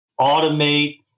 automate